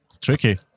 tricky